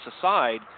aside